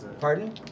Pardon